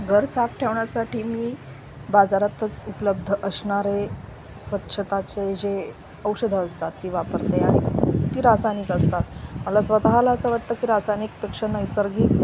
घर साप ठेवण्यासाठी मी बाजारातच उपलब्ध असणारे स्वच्छताचे जे औषधं असतात ती वापरते आणि ती रासायनिक असतात मला स्वतःला असं वाटतं की रासायनिकपेक्षा नैसर्गिक